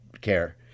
care